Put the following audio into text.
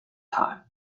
time